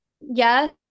yes